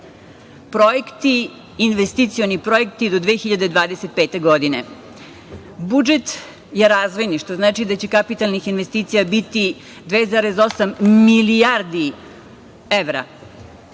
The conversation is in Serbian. a zatim investicioni projekti do 2025. godine. Budžet je razvojni, što znači da će kapitalnih investicija biti 2,8 milijardi evra.